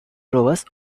rovers